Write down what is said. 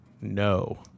no